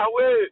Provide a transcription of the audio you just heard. away